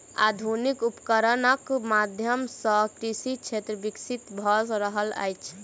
आधुनिक उपकरणक माध्यम सॅ कृषि क्षेत्र विकसित भ रहल अछि